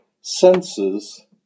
senses